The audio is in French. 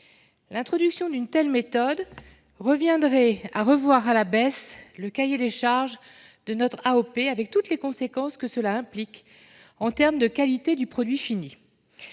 L'introduction d'une telle méthode reviendrait à revoir à la baisse le cahier des charges de notre AOP, avec toutes les conséquences que cela implique en termes de qualité du produit fini.